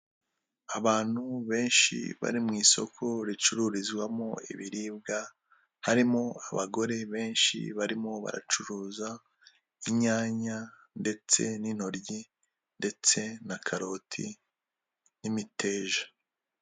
Abantu benshi bari mu isoko ricururizwamo ibiribwa, harimo abagore benshi barimo baracuruza inyanya, ndetse n'intoryi, ndetse na karoti n'imiteja.